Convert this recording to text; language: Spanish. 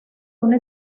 una